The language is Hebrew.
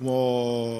כמו